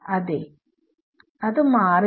അതെ അത് മാറില്ല